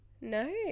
No